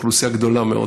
אוכלוסייה גדולה מאוד,